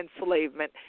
enslavement